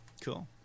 cool